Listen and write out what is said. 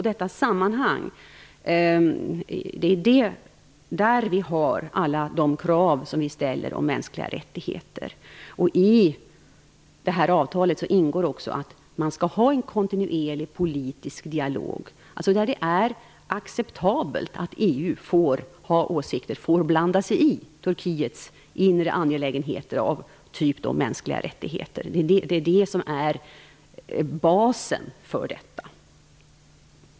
I det sammanhanget har vi alla våra krav vad gäller mänskliga rättigheter. I detta avtal ingår också att man skall ha en kontinuerlig politisk dialog. Det skall alltså vara acceptabelt att EU har åsikter och får blanda sig i Turkiets inre angelägenheter t.ex. när det gäller mänskliga rättigheter. Det är det som är basen för detta.